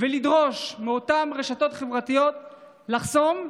ולדרוש מאותן רשתות חברתיות לחסום.